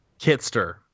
kitster